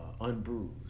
Unbruised